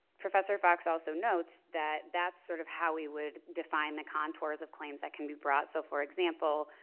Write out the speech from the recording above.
professor fox also notes that that's sort of how we would define the contours of claims that can be brought. so for example,